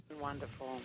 Wonderful